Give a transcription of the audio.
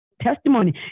testimony